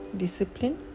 discipline